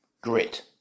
grit